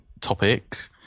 topic